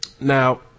Now